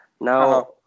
Now